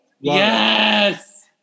Yes